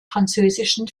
französischen